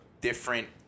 different